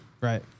Right